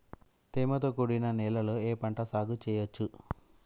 తేమతో కూడిన నేలలో ఏ పంట సాగు చేయచ్చు?